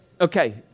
Okay